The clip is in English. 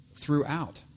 throughout